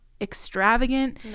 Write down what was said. extravagant